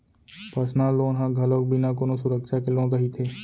personal loan ह घलोक बिना कोनो सुरक्छा के लोन रहिथे